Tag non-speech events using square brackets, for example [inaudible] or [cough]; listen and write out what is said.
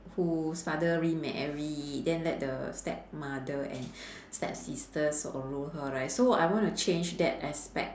whose father remarried then let the stepmother and [breath] stepsisters swallow her right so I want to change that aspect